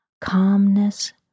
calmness